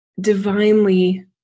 divinely